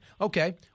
Okay